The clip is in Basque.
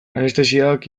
anestesiak